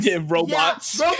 robots